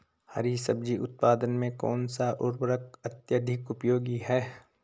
हरी सब्जी उत्पादन में कौन सा उर्वरक अत्यधिक उपयोगी है?